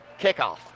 kickoff